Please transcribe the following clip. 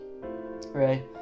Right